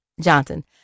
Johnson